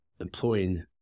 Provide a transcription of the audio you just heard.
employing